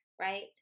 Right